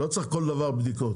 לא צריך כל דבר בדיקות.